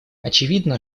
очевидно